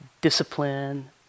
discipline